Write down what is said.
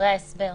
בדברי ההסבר.